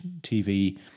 tv